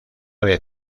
vez